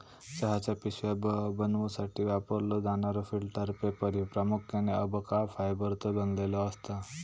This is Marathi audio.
चहाच्या पिशव्या बनवूसाठी वापरलो जाणारो फिल्टर पेपर ह्यो प्रामुख्याने अबका फायबरचो बनलेलो असता